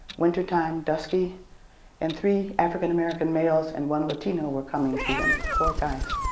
wintertime, dusky and three african american males and one latino were coming to him, four guys,